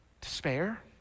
Despair